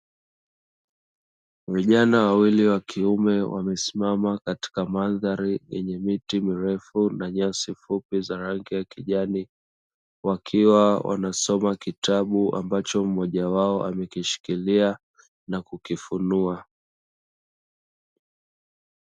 Vijana wawili wa kiume wamesimama katika mandhari yenye miti mirefu na nyasi fupi za rangi ya kijani, wakiwa wanasoma kitabu ambacho mmoja wao amekishikilia na kukifunua.